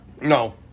No